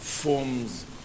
forms